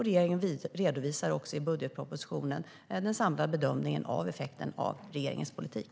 Regeringen redovisar också i budgetpropositionen den samlade bedömningen av effekten av regeringens politik.